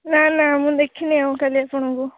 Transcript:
ନା ନା ମୁଁ ଦେଖିନି ଆଉ ଖାଲି ଆପଣଙ୍କୁ